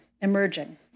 emerging